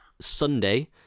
sunday